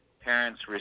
parents